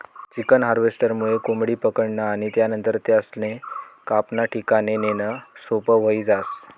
chicken हार्वेस्टरमुये कोंबडी पकडनं आणि त्यानंतर त्यासले कापाना ठिकाणे नेणं सोपं व्हयी जास